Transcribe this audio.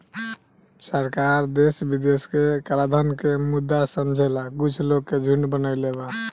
सरकार देश विदेश के कलाधन के मुद्दा समझेला कुछ लोग के झुंड बनईले बा